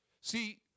See